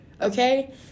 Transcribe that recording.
okay